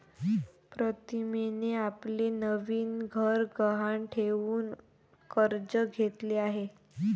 प्रीतमने आपले नवीन घर गहाण ठेवून कर्ज घेतले आहे